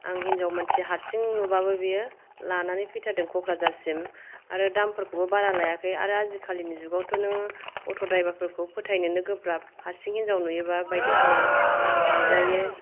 आं हिनजाव मानसि हारसिं नुबाबो बियो लानानै फैथारदों कक्राझारसिम आरो दामफोरखौबो बारा लायाखै आरो आजिखालिन जुगावथ' नों अट' ड्राइभार फोरखौ फोथायनोनो गोब्राब हारसिं हिनजाव नुयोबा बायदिसिना नाजायो